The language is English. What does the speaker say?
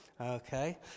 okay